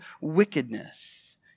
wickedness